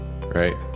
right